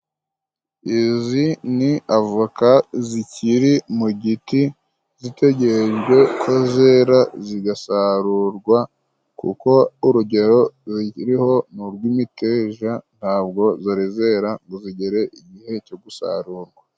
Izi ni avoka zikiri mu giti zitegetejwe ko zera zigasarurwa kuko urugero zikiriho ni urw'imiteja ntabwo zari zera ngo zigere igihe cyo gusarura.